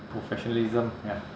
professionalism ya